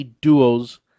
duos